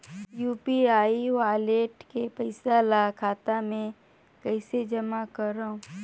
UPI wallet के पईसा ल खाता मे कइसे जमा करव?